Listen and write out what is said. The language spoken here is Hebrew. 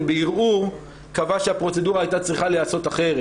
בערעור קבע שהפרוצדורה הייתה צריכה להיעשות אחרת,